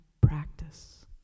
practice